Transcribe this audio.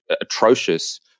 atrocious